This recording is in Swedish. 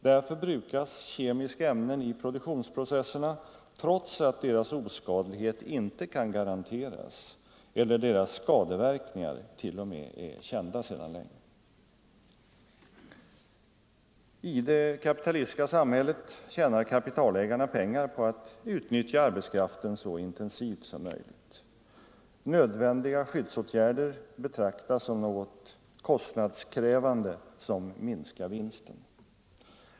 Därför brukas kemiska ämnen i produktionsprocesserna trots att deras oskadlighet inte kan garanteras eller deras skadeverkningar t.o.m. är kända sedan länge. I det kapitalistiska samhället tjänar kapitalägarna pengar på att utnyttja arbetskraften så intensivt som möjligt. Nödvändiga skyddsåtgärder betraktas som något kostnadskrävande, som minskar vinsten.